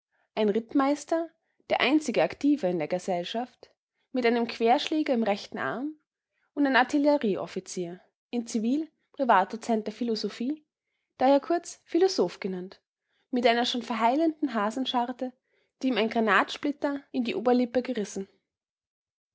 ein rittmeister der einzige aktive in der gesellschaft mit einem querschläger im rechten arm und ein artillerieoffizier in zivil privatdozent der philosophie daher kurz philosoph genannt mit einer schon verheilenden hasenscharte die ihm ein granatsplitter in die oberlippe gerissen